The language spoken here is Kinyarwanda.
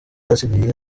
asigaye